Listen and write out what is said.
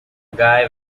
guy